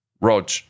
Rog